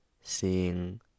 seeing